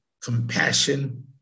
compassion